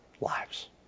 lives